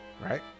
right